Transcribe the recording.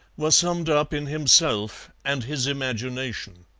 were summed up in himself and his imagination.